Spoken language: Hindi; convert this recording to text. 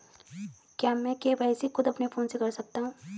क्या मैं के.वाई.सी खुद अपने फोन से कर सकता हूँ?